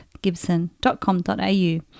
gibson.com.au